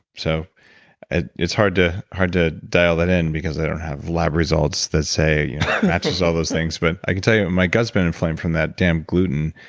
so and it's hard to hard to dial it in because i don't have lab results that say it matches all those things but i could tell you. my gut's been inflamed from that damn gluten.